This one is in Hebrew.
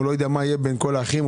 הוא לא יודע מה יהיה בין כל האחים,